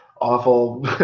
awful